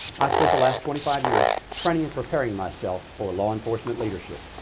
i spent the last twenty five years training and preparing myself for law enforcement leadership.